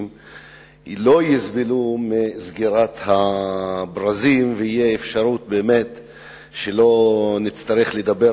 לא יסבלו מסגירת הברזים ותהיה אפשרות שלא נצטרך לדבר